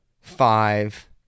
five